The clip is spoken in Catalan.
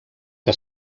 que